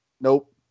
Nope